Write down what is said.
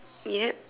yup